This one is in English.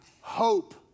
hope